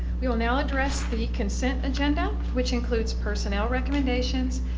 we will now address the consent agenda which includes personnel recommendations,